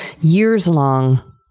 years-long